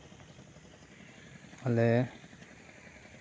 ᱟᱞᱮ